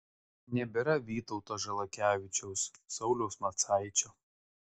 nebėra vytauto žalakevičiaus sauliaus macaičio